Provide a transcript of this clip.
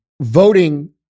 voting